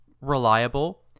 reliable